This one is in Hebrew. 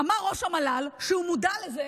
אמר ראש המל"ל שהוא מודע לזה